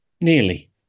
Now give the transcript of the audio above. nearly